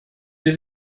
det